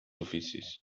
oficis